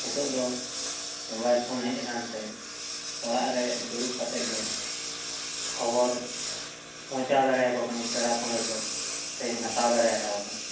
ᱱᱤᱛᱚᱜ ᱫᱚ mobile phone ᱦᱮᱡ ᱟᱠᱟᱱ ᱛᱮ ᱚᱲᱟᱜ ᱨᱮ ᱫᱩᱲᱩᱵ ᱠᱟᱛᱮᱜ ᱜᱮ ᱠᱷᱚᱵᱚᱨ ᱯᱚᱸᱦᱪᱟᱣ ᱫᱟᱲᱮᱭᱟᱠᱚ ᱠᱟᱹᱱᱤᱧ ᱯᱮᱲᱟ ᱯᱟᱹᱦᱲᱟ ᱠᱚ ᱥᱮᱧ ᱦᱟᱛᱟᱣ ᱫᱟᱲᱮᱭᱟᱛᱟᱣ ᱠᱚ ᱠᱟᱱᱟ